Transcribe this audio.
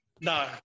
No